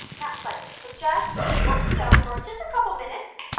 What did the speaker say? not pleasant. so just work the dough for just a couple of minutes.